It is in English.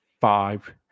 five